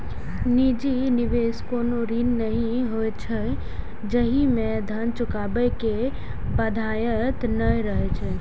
निजी निवेश कोनो ऋण नहि होइ छै, जाहि मे धन चुकाबै के बाध्यता नै रहै छै